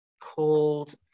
called